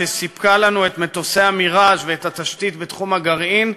שסיפקה לנו את מטוסי ה"מיראז'" ואת התשתית בתחום הגרעין,